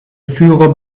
führer